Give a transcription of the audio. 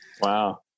Wow